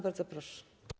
Bardzo proszę.